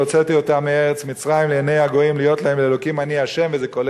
הוצאתי אֹתם מארץ מצרים לעיני הגויִם להית להם לה' אני ה'",